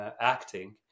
acting